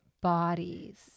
bodies